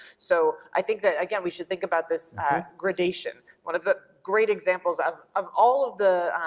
so i think that again we should think about this gradation. one of the great examples, of of all of the